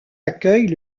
accueil